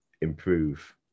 improve